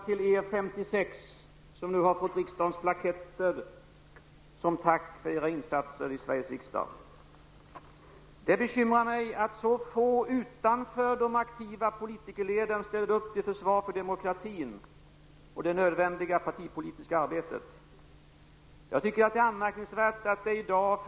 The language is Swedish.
Det finns många som han i riksdagen -- som gör ett mycket gediget och respekterat arbete men inte syns i rubrikerna. Men det är deras trägna arbete som gör vår demokrati stabil. När jag var industriminister mötte jag Ove Karlsson på ett glesbygdsmöte.